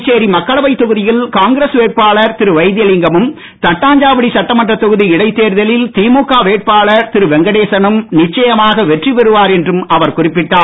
புதுச்சேரி மக்களவைத் தொகுதியில் காங்கிரஸ் வேட்பாளர் திரு வைத்திலிங்கமும் தட்டாஞ்சாவடி சட்டமன்ற தொகுதி இடைத்தேர்தலில் திமுக வேட்பாளர் திரு வெங்கடேசனும் நிச்சயமாக வெற்றி பெறுவார் என்றும் அவர் குறிப்பிட்டார்